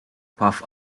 puff